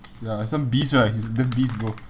ya some beast right he's damn beast bro